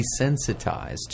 desensitized